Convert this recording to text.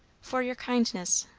for your kindness.